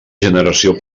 generació